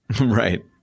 right